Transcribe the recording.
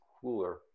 cooler